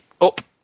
up